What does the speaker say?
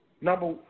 Number